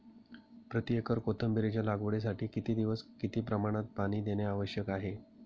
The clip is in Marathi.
प्रति एकर कोथिंबिरीच्या लागवडीसाठी किती दिवस किती प्रमाणात पाणी देणे आवश्यक आहे?